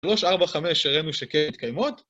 שלוש, ארבע, חמש, הראינו שכן מתקיימות.